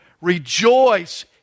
Rejoice